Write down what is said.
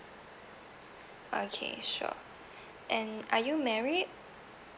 okay sure and are you married